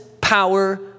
power